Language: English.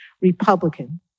Republican